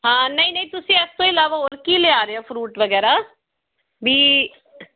ਹਾਂ ਨਹੀਂ ਨਹੀਂ ਤੁਸੀਂ ਇਸ ਤੋਂ ਇਲਾਵਾ ਹੋਰ ਕੀ ਲਿਆ ਰਹੇ ਹੋ ਫਰੂਟ ਵਗੈਰਾ ਵੀ